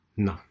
No